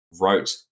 wrote